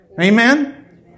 Amen